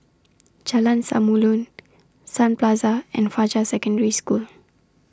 Jalan Samulun Sun Plaza and Fajar Secondary School